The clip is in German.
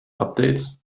updates